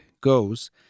goes